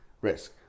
risk